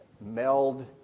meld